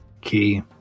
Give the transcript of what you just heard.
Key